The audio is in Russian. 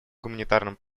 гуманитарным